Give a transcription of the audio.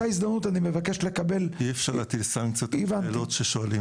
אי אפשר להטיל סנקציות על שאלות ששואלים